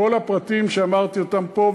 כל הפרטים שאמרתי פה,